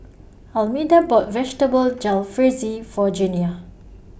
Almeda bought Vegetable Jalfrezi For Junia